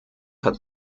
hat